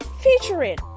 featuring